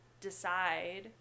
decide